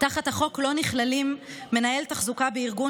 תחת החוק לא נכללים מנהל תחזוקה בארגון